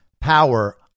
power